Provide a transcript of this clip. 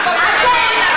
אותם.